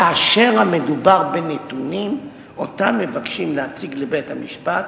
כאשר מדובר בנתונים שמבקשים להציג לבית-המשפט,